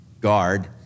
guard